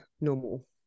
normal